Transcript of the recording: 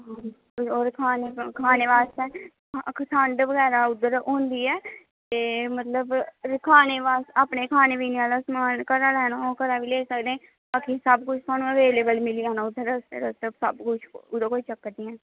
होर खानै बास्तै आक्खो ठंड बगैरा उद्धर होंदी ऐ ते अपने खानै पीने आह्ला समान घरा लैना होग घरा लेई सकदे ते थाह्नूं सबकुछ एबेलएवल मिली जाना रस्तै गै ओह्दा कोई चक्कर निं ऐ